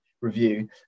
review